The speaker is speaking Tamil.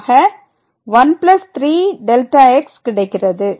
ஆக 13Δx கிடைக்கிறது